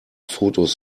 fotos